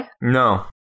No